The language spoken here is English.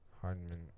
Hardman